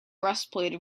breastplate